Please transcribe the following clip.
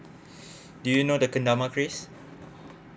do you know the kendama quiz